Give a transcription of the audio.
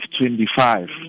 25